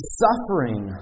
suffering